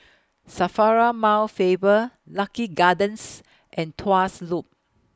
SAFRA Mount Faber Lucky Gardens and Tuas Loop